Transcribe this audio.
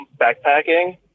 backpacking